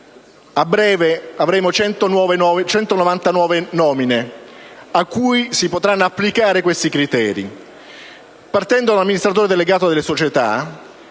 A breve avremo 199 nomine, a cui si potranno applicare questi criteri. Partendo dall'amministratore delegato delle società,